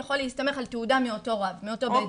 יכול להסתמך מאותו רב של אותו בית דין.